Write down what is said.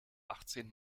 achtzehn